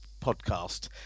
podcast